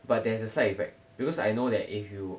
but there's a side effect because I know that if you